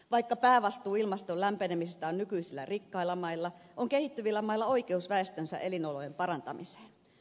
vaikka päävastuu ilmaston lämpenemisestä on nykyisillä rikkailla mailla on kehittyvillä mailla oikeus väestönsä elinolojen parantamiseen